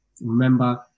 remember